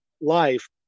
life